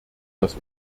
das